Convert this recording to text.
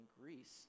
greece